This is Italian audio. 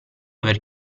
aver